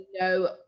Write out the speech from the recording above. no